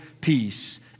peace